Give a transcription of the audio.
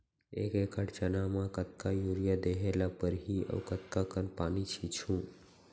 एक एकड़ चना म कतका यूरिया देहे ल परहि अऊ कतका कन पानी छींचहुं?